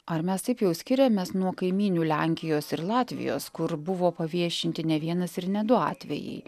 ar mes taip jau skiriamės nuo kaimynių lenkijos ir latvijos kur buvo paviešinti ne vienas ir ne du atvejai